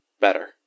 Better